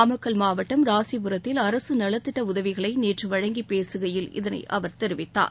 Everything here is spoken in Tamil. நாமக்கல் மாவட்டம் ராசிபுரத்தில் அரசு நலத்திட்ட உதவிகளை நேற்று வழங்கி பேசுகையில் இதனை அவர் தெரிவித்தார்